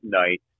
night